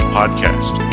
podcast